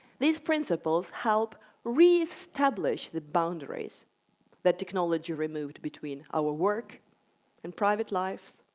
these principles help reestablish the boundaries that technology removes between our work and private life,